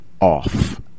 off